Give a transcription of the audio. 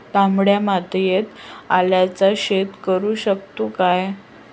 तामड्या मातयेत आल्याचा शेत करु शकतू काय?